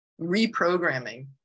reprogramming